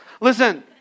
Listen